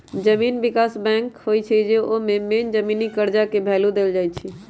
जमीन विकास बैंक जे होई छई न ओमे मेन जमीनी कर्जा के भैलु देल जाई छई